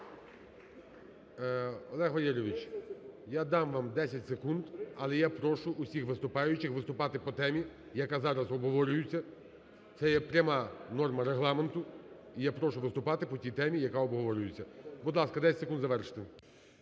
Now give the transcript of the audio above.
Олег Валерійович, я дам вам 10 секунд. Але я прошу усіх виступаючих виступати по темі, яка зараз обговорюється, це є пряма норма Регламенту. І я прошу виступати по тій темі, яка обговорюється. Будь ласка, 10 секунд – завершити.